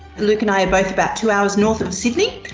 luke and i are both about two hours north of sidney,